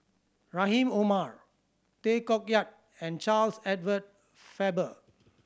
Rahim Omar Tay Koh Yat and Charles Edward Faber